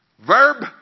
Verb